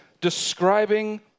describing